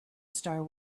star